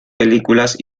películas